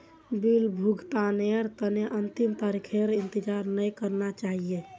bill भुगतानेर तने अंतिम तारीखेर इंतजार नइ करना चाहिए